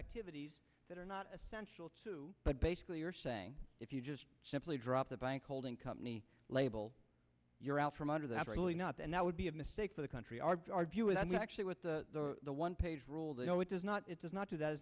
activities that are not essential to but basically you're saying if you just simply drop the bank holding company label you're out from under that really not and that would be a mistake for the country are arguing that we actually with the one page rule they know it does not it does not do that